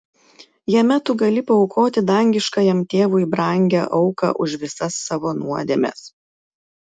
jame tu gali paaukoti dangiškajam tėvui brangią auką už visas savo nuodėmes